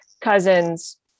cousins